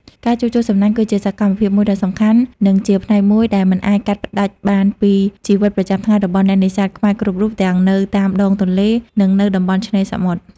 ការជួសជុលសំណាញ់គឺជាសកម្មភាពមួយដ៏សំខាន់ និងជាផ្នែកមួយដែលមិនអាចកាត់ផ្ដាច់បានពីជីវិតប្រចាំថ្ងៃរបស់អ្នកនេសាទខ្មែរគ្រប់រូបទាំងនៅតាមដងទន្លេ និងនៅតំបន់ឆ្នេរសមុទ្រ។